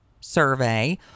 survey